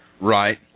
Right